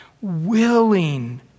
Willing